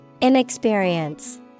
Inexperience